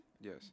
Yes